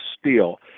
Steel